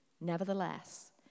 Nevertheless